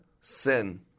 Sin